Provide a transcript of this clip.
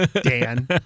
Dan